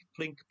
plink